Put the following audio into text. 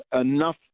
enough